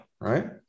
Right